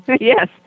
Yes